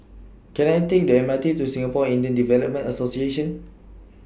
Can I Take The M R T to Singapore Indian Development Association